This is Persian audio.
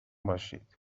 باشید